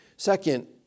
Second